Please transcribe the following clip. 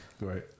right